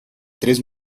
tres